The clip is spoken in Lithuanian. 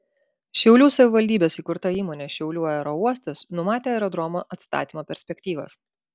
šiaulių savivaldybės įkurta įmonė šiaulių aerouostas numatė aerodromo atstatymo perspektyvas